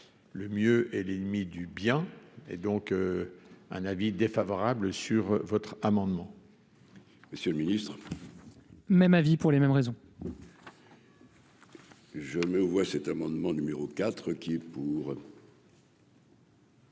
le mieux est l'ennemi du bien et donc un avis défavorable sur votre amendement. Monsieur le Ministre. Même avis pour les mêmes raisons. Je me vois cet amendement numéro IV qui est pour.